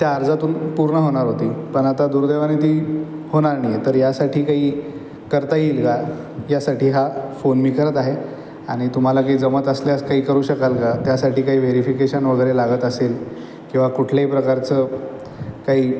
त्या अर्जातून पूर्ण होणार होती पण आता दुर्दैवाने ती होणार नाही आहे तर यासाठी काही करता येईल का यासाठी हा फोन मी करत आहे आणि तुम्हाला काही जमत असल्यास काही करू शकाल का त्यासाठी काही व्हेरिफिकेशन वगैरे लागत असेल किंवा कुठल्याही प्रकारचं काही